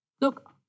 Look